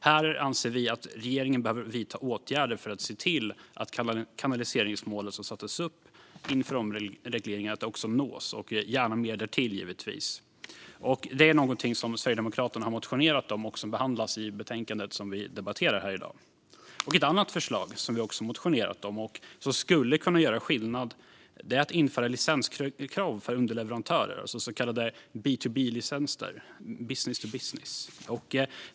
Här anser vi att regeringen behöver vidta åtgärder för att se till att det kanaliseringsmål som sattes upp inför omregleringen också nås och gärna mer därtill, givetvis. Detta är någonting som Sverigedemokraterna har motionerat om och som behandlas i det betänkande som vi nu debatterar. Ett annat förslag som vi också har motionerat om, och som skulle kunna göra skillnad, är att införa licenskrav för underleverantörer, så kallade B2B-licenser - business to business.